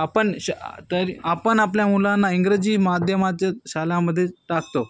आपण श तरी आपण आपल्या मुलांना इंग्रजी माध्यमाच्या शाळेमध्ये टाकतो